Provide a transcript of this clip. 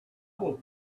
will